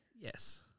Yes